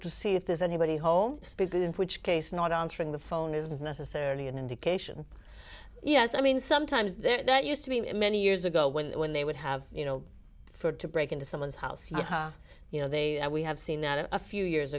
to see if there's anybody home because in which case not answering the phone isn't necessarily an indication yes i mean sometimes they're not used to be many years ago when when they would have you know for to break into someone's house you know they we have seen a few years